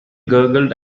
gurgled